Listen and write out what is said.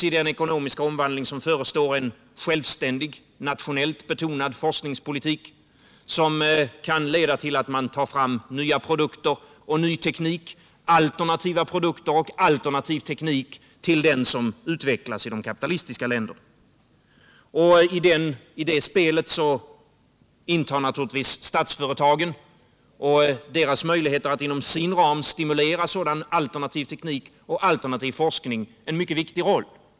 I den ekonomiska omvandling som förestår krävs en självständig nationellt betonad forskningspolitik, som kan leda till att man tar fram nya produkter och ny teknik liksom alternativa produkter och alternativ teknik i förhållande till den som utvecklas i de kapitalistiska länderna. I det spelet intar naturligtvis statsföretagen och deras möjligheter att inom sin ram stimulera en sådan alternativ teknik och alternativ forskning en mycket viktig roll.